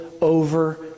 over